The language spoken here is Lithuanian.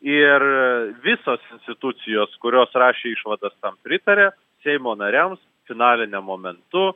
ir visos institucijos kurios rašė išvadas pritarė seimo nariams finaliniam momentu